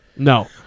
No